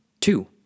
Two